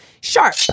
sharp